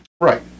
Right